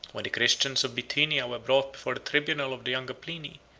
when the christians of bithynia were brought before the tribunal of the younger pliny,